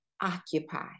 occupy